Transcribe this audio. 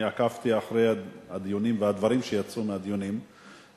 אני עקבתי אחרי הדיונים והדברים שיצאו מהדיונים,